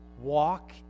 walk